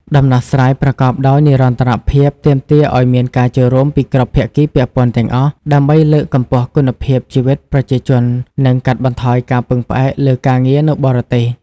ដំណោះស្រាយប្រកបដោយនិរន្តរភាពទាមទារឱ្យមានការចូលរួមពីគ្រប់ភាគីពាក់ព័ន្ធទាំងអស់ ដើម្បីលើកកម្ពស់គុណភាពជីវិតប្រជាជននិងកាត់បន្ថយការពឹងផ្អែកលើការងារនៅបរទេស។